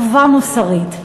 חובה מוסרית,